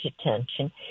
attention